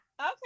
okay